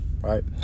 right